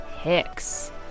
Hicks